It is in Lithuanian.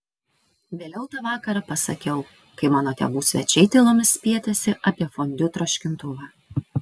vėliau tą vakarą pasakiau kai mano tėvų svečiai tylomis spietėsi apie fondiu troškintuvą